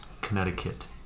Connecticut